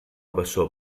bessó